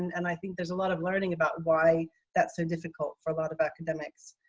and i think there's a lot of learning about why that's so difficult for a lot of academics.